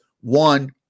one